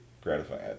gratifying